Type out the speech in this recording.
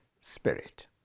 spirit